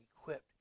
equipped